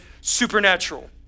supernatural